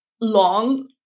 long